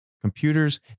computers